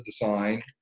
design